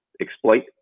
exploit